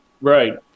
Right